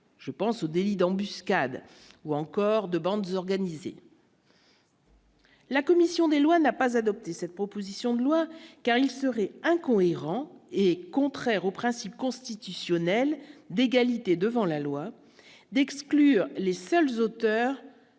je pense au délit d'embuscade ou encore de bandes organisées. La commission des lois n'a pas adopté cette proposition de loi car il serait incohérent et contraire au principe constitutionnel d'égalité devant la loi, d'exclure les seuls auteurs